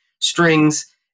strings